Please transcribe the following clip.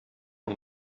een